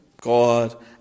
God